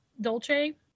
Dolce